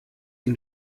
ihn